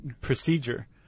procedure